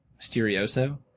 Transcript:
Mysterioso